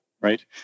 right